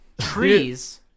trees